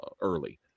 early